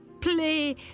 Play